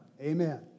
Amen